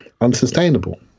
unsustainable